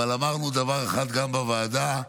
אבל אמרנו דבר אחד, גם בוועדה,